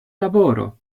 lavoro